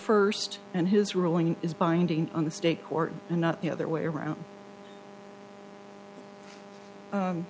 first and his ruling is binding on the state court and not the other way around